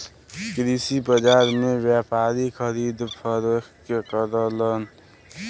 कृषि बाजार में व्यापारी खरीद फरोख्त करलन